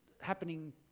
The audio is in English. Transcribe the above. happening